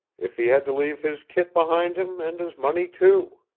if he had to leave his kit behind him, and his money, too.